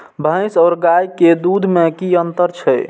भैस और गाय के दूध में कि अंतर छै?